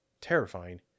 terrifying